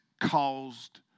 caused